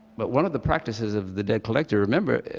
but one of the practices of the debt collector, remember,